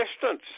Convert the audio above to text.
distance